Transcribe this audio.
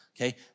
okay